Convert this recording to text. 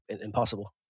impossible